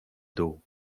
dół